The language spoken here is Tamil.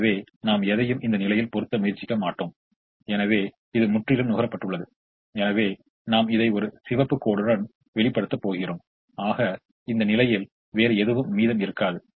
எனவே நாம் எதையும் இந்த நிலையில் பொறுத்த முயற்சிக்க மாட்டோம் எனவே இது முற்றிலும் நுகரப்பட்டுள்ளது எனவே நாம் இதை ஒரு சிவப்பு கோடுடன் வெளிப்படுத்த போகிறோம் ஆக இந்த நிலையில் வேறு எதுவும் மீதம் இருக்காது